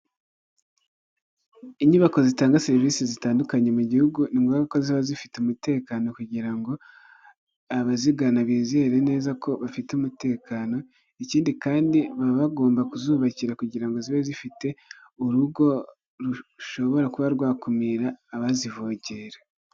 Inyubako zitanga serivisi zitandukanye mu gihugu, ni ngobwa yuko ziba zifite umutekano, kugira ngo abazigana bizere neza ko bafite umutekano ikindi kandi baba bagomba kuzubakira, kugira ngo zibe zifite urugo rushobora kuba rwakumira abazivogera.